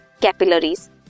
capillaries